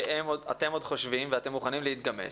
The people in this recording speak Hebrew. שאתם עוד חושבים, ואתם מוכנים להתגמש.